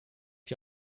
die